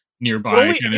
Nearby